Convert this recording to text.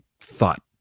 thought